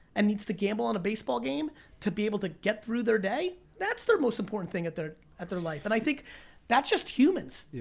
and needs to gamble on a baseball game to be able to get through their day, that's their most important thing at their at their life. and i think that's just humans. yeah